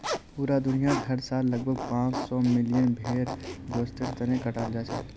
पूरा दुनियात हर साल लगभग पांच सौ मिलियन भेड़ गोस्तेर तने कटाल जाछेक